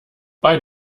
bei